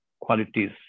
qualities